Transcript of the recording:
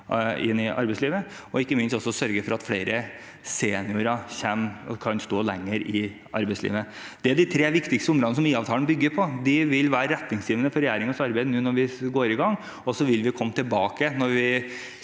også sørge for at flere seniorer kan stå lenger i arbeidslivet. Det er de tre viktigste områdene som IA-avtalen bygger på. De vil være retningsgivende for regjeringens arbeid nå når vi går i gang, og så vil vi komme tilbake når vi